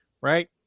Right